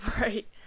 Right